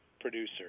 producer